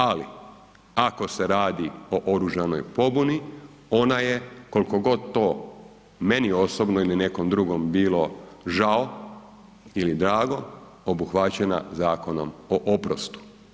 Ali ako se radi o oružanoj pobuni, ona je koliko god meni osobno ili nekom drugom bilo žao ili drago, obuhvaćena Zakonom o oprostu.